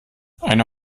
eine